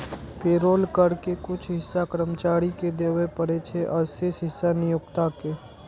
payroll कर के कुछ हिस्सा कर्मचारी कें देबय पड़ै छै, आ शेष हिस्सा नियोक्ता कें